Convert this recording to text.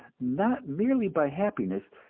not merely by happiness,